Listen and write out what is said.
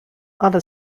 ale